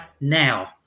now